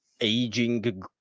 aging